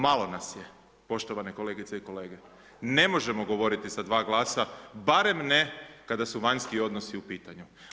Malo nas je, poštovane kolegice i kolege, ne možemo govoriti sa dva glasa, barem ne kada su vanjski odnosi u pitanju.